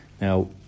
Now